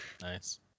Nice